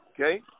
okay